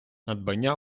надбання